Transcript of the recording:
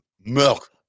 milk